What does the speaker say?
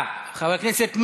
חבר הכנסת מרגי,